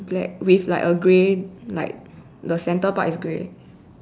black with like a grey like the centre part is grey